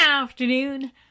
Afternoon